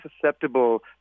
susceptible